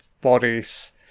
bodies